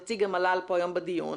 נציג המל"ל פה היום בדיון,